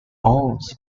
owns